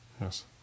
Yes